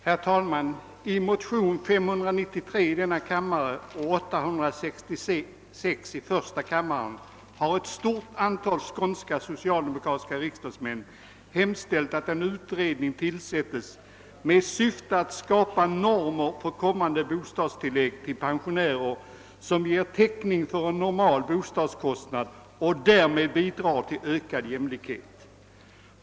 Herr talman! I motionerna 593 i denna kammare och 866 i första kammaren har ett stort antal skånska socialdemokratiska riksdagsmän hemställt »att en utredning tillsättes med syfte att skapa normer för kommunala bostadstillägg till pensionärer, som ger täckning för en normal bostadskostnad och därmed bidrar till ökad jämlikhet«.